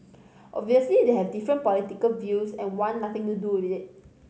obviously they have different political views and want nothing to do with it